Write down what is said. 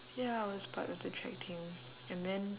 ya I was part of the track team and then